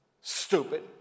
Stupid